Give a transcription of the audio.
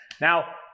now